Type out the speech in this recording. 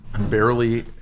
barely